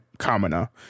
commoner